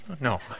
No